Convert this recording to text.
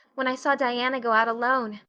when i saw diana go out alone,